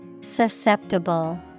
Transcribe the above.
Susceptible